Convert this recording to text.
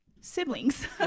siblings